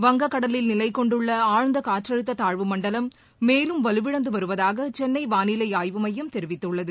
வங்கக் கடலில் நிலைக் கொண்டுள்ள ஆழ்ந்த காற்றழுத்த தாழ்வு மண்டலம் மேலும் வலுவிழந்து வருவதாக சென்னை வானிலை ஆய்வு மையம் தெரிவித்துள்ளது